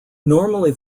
normally